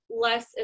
less